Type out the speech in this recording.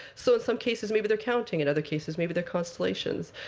so in some cases, maybe they're counting. in other cases, maybe they're constellations.